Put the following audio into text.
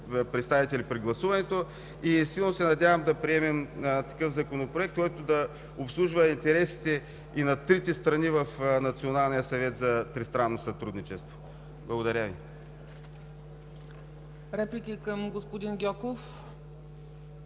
представители при гласуването. Силно се надявам да приемем такъв Законопроект, който да обслужва интересите и на трите страни в Националния съвет за тристранно сътрудничество. Благодаря Ви. ПРЕДСЕДАТЕЛ ЦЕЦКА ЦАЧЕВА: